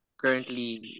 currently